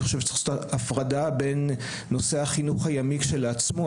אני חושב שצריך לעשות הפרדה בין נושא החינוך הימי כשלעצמו,